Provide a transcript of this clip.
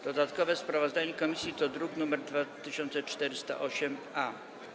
Dodatkowe sprawozdanie komisji to druk nr 2408-A.